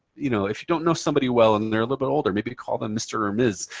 you know, if you don't know somebody well and they're a little bit older, maybe to call them mr. or ms.